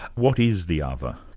what is the other?